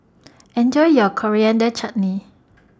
Enjoy your Coriander Chutney